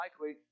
likely